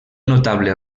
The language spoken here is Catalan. notable